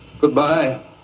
Goodbye